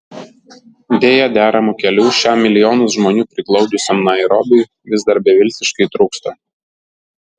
deja deramų kelių šiam milijonus žmonių priglaudusiam nairobiui vis dar beviltiškai trūksta